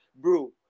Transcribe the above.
Bro